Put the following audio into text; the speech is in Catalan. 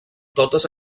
totes